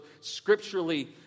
scripturally